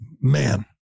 man